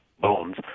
bones